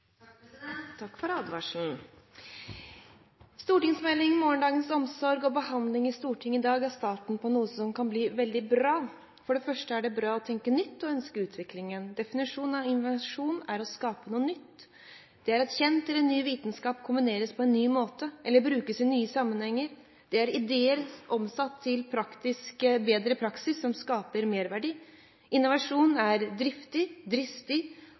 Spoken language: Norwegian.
Takk for advarselen! Stortingsmeldingen Morgendagens omsorg og behandlingen i Stortinget i dag er starten på noe som kan bli veldig bra. For det første er det bra å tenke nytt og ønske utvikling. Definisjonen av innovasjon er å skape noe nytt. Det er kjent eller ny viten kombinert på en ny måte eller brukt i nye sammenhenger. Det er ideer omsatt til en bedre praksis, som skaper merverdi. Innovasjon er driftig, dristig